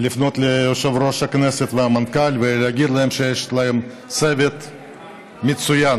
ולפנות ליושב-ראש הכנסת ולמנכ"ל ולהגיד להם שיש להם צוות מצוין.